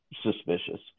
suspicious